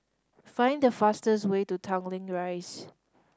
find the fastest way to Tanglin Rise